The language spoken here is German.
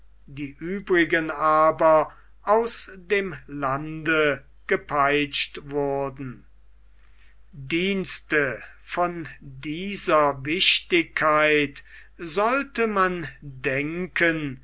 die übrigen aber aus dem lande gepeitscht wurden dienste von dieser wichtigkeit sollte man denken